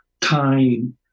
time